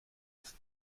ist